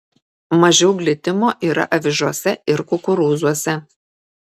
mažiau glitimo yra avižose ir kukurūzuose